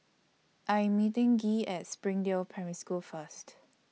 I Am meeting Gee At Springdale Primary School First